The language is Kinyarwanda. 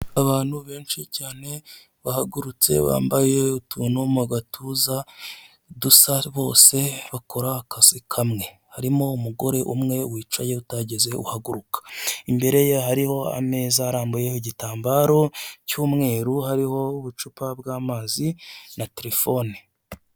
Abantu benshi cyane bahagurutse bambaye utuntu mugatuza dusa bose bakora akazi kamwe .Harimo umugore umwe wicaye utageze uhaguruka ,imbere ye hariho ameza arambuyeho igitambaro cy'umweru hariho ubucupa bw'amazi na terefone.